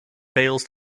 fails